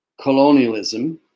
colonialism